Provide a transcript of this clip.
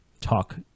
talk